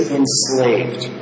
enslaved